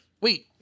wait